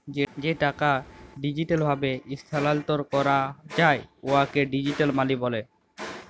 যে টাকা ডিজিটাল ভাবে ইস্থালাল্তর ক্যরা যায় উয়াকে ডিজিটাল মালি ব্যলে